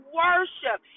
worship